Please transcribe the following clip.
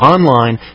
Online